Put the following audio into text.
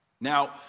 Now